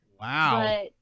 Wow